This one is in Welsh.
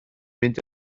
mynd